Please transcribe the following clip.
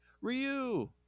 Ryu